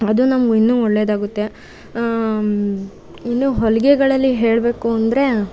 ಅದು ನಮ್ಗೆ ಇನ್ನೂ ಒಳ್ಳೆಯದಾಗುತ್ತೆ ಇನ್ನು ಹೊಲಿಗೆಗಳಲ್ಲಿ ಹೇಳ್ಬೇಕೂಂದರೆ